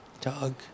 Doug